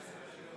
אינה